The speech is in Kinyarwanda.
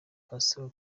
castro